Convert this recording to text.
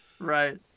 Right